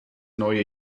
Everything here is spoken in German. neue